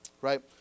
right